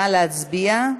נא להצביע.